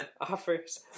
offers